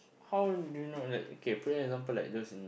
how do you know like okay play example like just